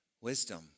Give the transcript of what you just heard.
Wisdom